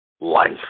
life